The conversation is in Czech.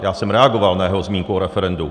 Já jsem reagoval na jeho zmínku o referendu.